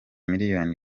miliyoni